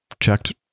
checked